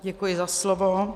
Děkuji za slovo.